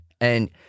And-